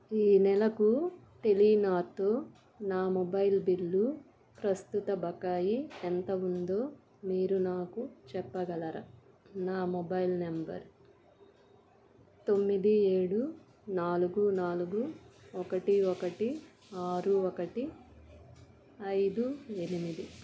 ఈ నెలకు టెలినార్తో నా మొబైల్ బిల్లు ప్రస్తుత బకాయి ఎంత ఉందో మీరు నాకు చెప్పగలరా నా మొబైల్ నంబర్ తొమ్మిది ఏడు నాలుగు నాలుగు ఒకటి ఒకటి ఆరు ఒకటి ఐదు ఎనిమిది